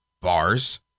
bars